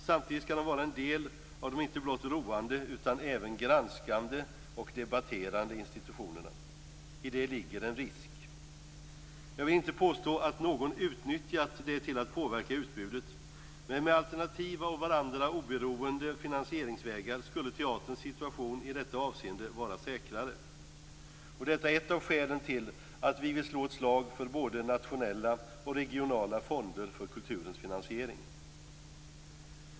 Samtidigt skall de vara en del av de inte blott roande utan även granskande och debatterande institutionerna. I det ligger en risk. Jag vill inte påstå att någon utnyttjat situationen till att påverka utbudet, men med alternativa och av varandra oberoende finansieringsvägar skulle teaterns situation i detta avseende vara säkrare. Detta är ett av skälen till att vi vill slå ett slag för både nationella och regionala fonder för kulturens finansiering.